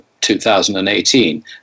2018